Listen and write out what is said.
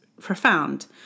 profound